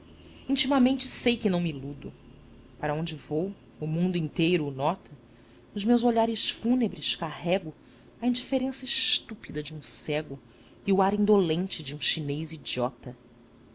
intimamente sei que não me iludo para onde vou o mundo inteiro o nota nos meus olhares fúnebres carrego a indiferença estúpida de um cego e o ar indolente de um chinês idiota